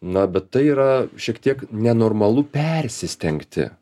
na bet tai yra šiek tiek nenormalu persistengti